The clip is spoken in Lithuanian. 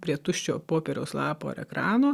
prie tuščio popieriaus lapo ar ekrano